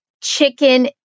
chicken